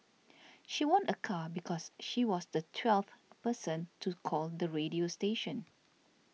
she won a car because she was the twelfth person to call the radio station